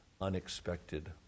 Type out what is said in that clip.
unexpected